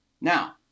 Now